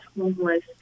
homeless